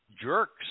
jerks